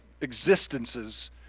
existences